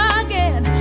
again